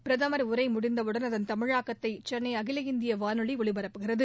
பிரதமர் உரை முடிந்தவுடன் அதன் தமிழாக்கத்தை சென்னை அகில இந்திய வானொலி ஒலிபரப்புகிறது